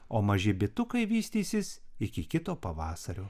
o maži bitukai vystysis iki kito pavasario